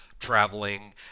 Traveling